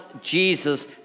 Jesus